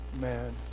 man